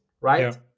right